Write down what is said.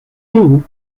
unis